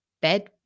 bed